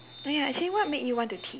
oh ya actually what made you want to teach